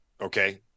okay